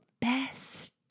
best